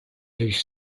these